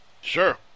Sure